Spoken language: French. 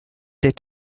des